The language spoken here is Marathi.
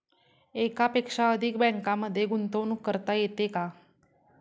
एकापेक्षा अधिक बँकांमध्ये गुंतवणूक करता येते का?